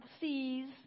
seas